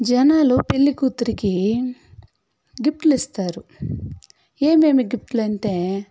జనాలు పెళ్ళికూతురికి గిఫ్ట్లు ఇస్తారు ఏమేమి గిఫ్ట్లంటే